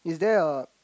is there a